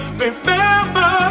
remember